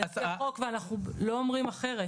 לפי חוק ואנחנו לא אומרים אחרת,